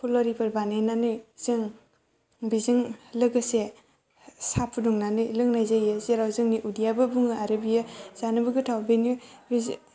फुलरिफोर बानायनानै जों बेजों लोगोसे सा फुदुंनानै लोंनाय जायो जेराव जोंनि उदैयाबो बुङो आरो बियो जानोबो गोथाव बेनि बेजे